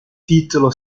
titolo